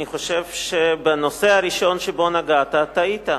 אני חושב שבנושא הראשון שבו נגעת, טעית.